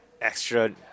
extra